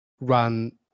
run